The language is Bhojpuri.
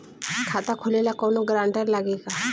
खाता खोले ला कौनो ग्रांटर लागी का?